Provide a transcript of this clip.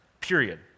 period